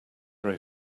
ray